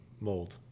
mold